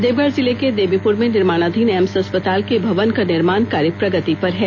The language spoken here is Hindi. देवघर जिले के देवीपुर में निर्माणाधीन एम्स अस्पताल के भवन का निर्माण कार्य प्रगति पर है